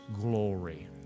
glory